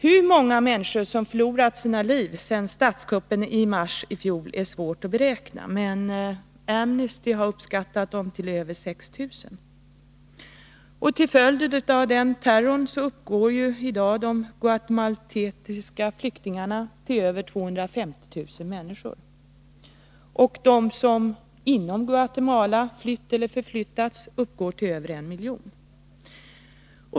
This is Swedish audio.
Hur många människor som förlorat sina liv sedan statskuppen i mars ifjol är svårt att beräkna, men Amnesty har uppskattat antalet till över 6 000. Till följd av denna terror uppgår i dag de guatemalanska flyktingarna till över 250 000 människor, och de som inom Guatemala flytt eller förflyttats uppgår till över en miljon.